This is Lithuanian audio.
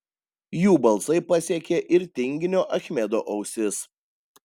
jų balsai pasiekė ir tinginio achmedo ausis